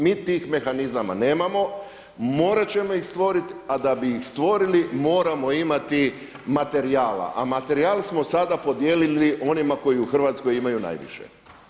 Mi tih mehanizama nemamo, morat ćemo ih stvoriti a da bi ih stvorili moramo imati materijala, a materijal smo sada podijelili onima koji u Hrvatskoj imaju najviše.